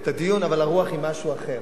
אבל הרוח היא משהו אחר.